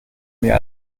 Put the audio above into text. mehr